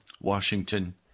Washington